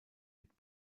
mit